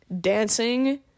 dancing